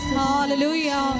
hallelujah